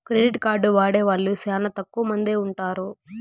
credit card వాడే వాళ్ళు శ్యానా తక్కువ మందే ఉంటారు